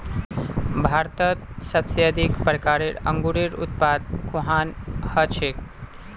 भारतत सबसे अधिक प्रकारेर अंगूरेर उत्पादन कुहान हछेक